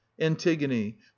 antigone